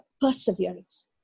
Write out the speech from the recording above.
perseverance